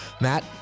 Matt